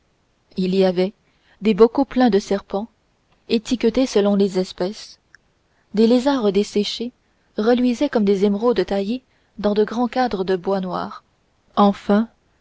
il y avait des bocaux pleins de serpents étiquetés selon les espèces des lézards desséchés reluisaient comme des émeraudes taillées dans de grands cadres de bois noir enfin